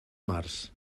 març